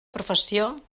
professió